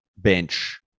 bench